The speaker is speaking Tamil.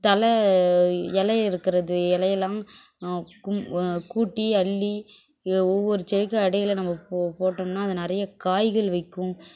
தழை இலை இருக்கிறது இலையெல்லாம் கூட்டி அள்ளி ஒவ்வொரு செடிக்கு இடையில நம்ம போ போட்டோம்னா அது நிறைய காய்கள் வைக்கும்